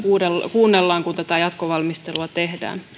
kuunnellaan kun jatkovalmistelua tehdään